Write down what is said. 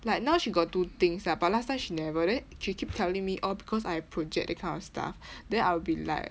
like now she got do things lah but last time she never then she keep telling me oh because I have project that kind of stuff then I will be like